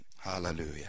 Hallelujah